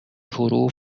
حروف